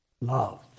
Love